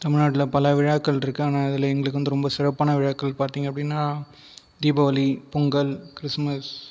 தமிழ்நாட்டில் பல விழாக்கள் இருக்குது ஆனால் அதில் எங்களுக்கு வந்து ரொம்ப சிறப்பான விழாக்கள் பார்த்தீங்க அப்படின்னா தீபாவளி பொங்கல் கிறிஸ்துமஸ்